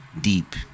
deep